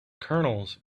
kernels